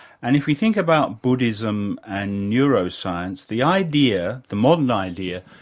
and if we think about buddhism and neuroscience, the idea, the modern idea,